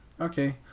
Okay